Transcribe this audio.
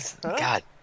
God